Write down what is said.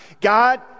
god